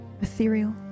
ethereal